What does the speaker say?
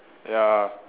ya